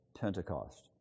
Pentecost